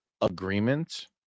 agreement